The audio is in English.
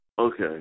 Okay